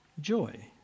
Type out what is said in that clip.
joy